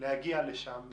להגיע לשם.